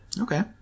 Okay